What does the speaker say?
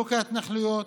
פירוק ההתנחלויות,